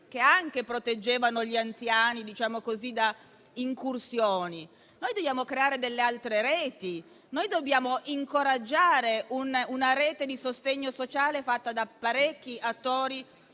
che proteggevano gli anziani da - per così dire -incursioni? Noi dobbiamo creare delle altre reti; dobbiamo incoraggiare una rete di sostegno sociale costituita da parecchi attori